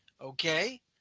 Okay